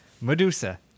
Medusa